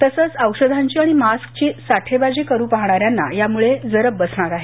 तसंच औषधांची आणि मास्कची साठेबाजी करू पहाणाऱ्यांना या यामुळं जरब बसणार आहे